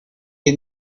est